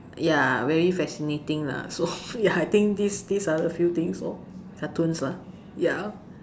ya very fascinating lah so ya I think these are the few things lor cartoons lah ya